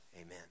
amen